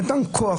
זה נתן כוח.